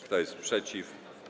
Kto jest przeciw?